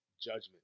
judgment